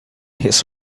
his